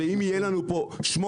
ואם יהיה לנו פה שמונה,